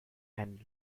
and